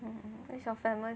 um where's your family